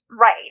Right